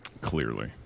clearly